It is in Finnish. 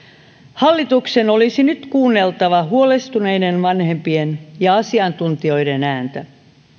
hallituksen olisi nyt kuunneltava huolestuneiden vanhempien ja asiantuntijoiden ääntä